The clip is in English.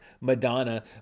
Madonna